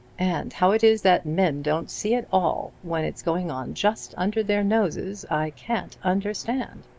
and how it is that men don't see it all, when it's going on just under their noses, i can't understand.